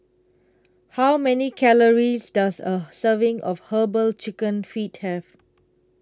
How Many Calories Does A Serving of Herbal Chicken Feet Have